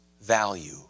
value